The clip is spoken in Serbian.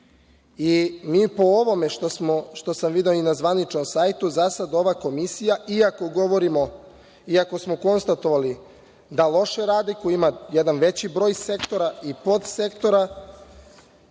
po ovome što sam video i na zvaničnom sajtu, za sada ova Komisija, iako smo konstatovali da loše radi, koja ima jedan veći broj sektora i podsektora,